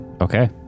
Okay